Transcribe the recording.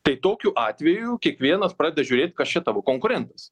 tai tokiu atveju kiekvienas pradeda žiūrėt kas čia tavo konkurentas